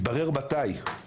מתי זה התברר?